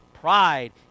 Pride